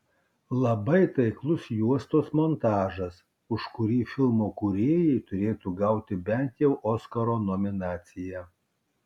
labai taiklus juostos montažas už kurį filmo kūrėjai turėtų gauti bent jau oskaro nominaciją